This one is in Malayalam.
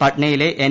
പട്നയിലെ എൻ